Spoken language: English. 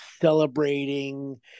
celebrating